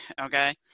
okay